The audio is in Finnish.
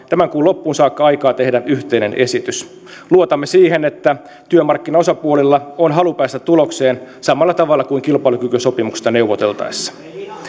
tämän kuun loppuun saakka aikaa tehdä yhteinen esitys luotamme siihen että työmarkkinaosapuolilla on halu päästä tulokseen samalla tavalla kuin kilpailukykysopimuksesta neuvoteltaessa